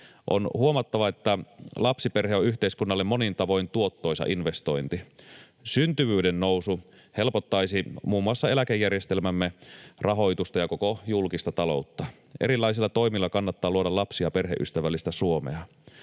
On huomattava, että lapsiperhe on yhteiskunnalle monin tavoin tuottoisa investointi. Syntyvyyden nousu helpottaisi muun muassa eläkejärjestelmämme rahoitusta ja koko julkista taloutta. Erilaisilla toimilla kannattaa luoda lapsi- ja perheystävällistä Suomea.